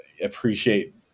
appreciate